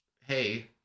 hey